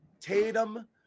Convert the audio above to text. Tatum –